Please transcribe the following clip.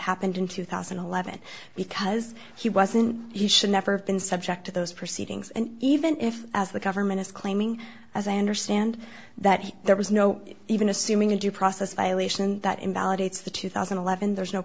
happened in two thousand and eleven because he wasn't he should never have been subject to those proceedings and even if as the government is claiming as i understand that there was no even assuming a due process violation that invalidates the two thousand and eleven there's no